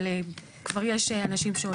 אבל כבר יש אנשים.